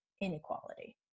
inequality